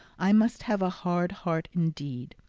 i must have a hard heart indeed.